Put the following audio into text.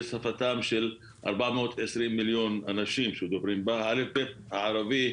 היא שפתם של ארבע מאות עשרים מיליון אנשים מדברים באל"ף בי"ת הערבי,